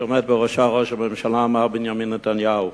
שעומד בראשה ראש הממשלה מר בנימין נתניהו,